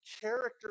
character